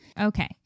Okay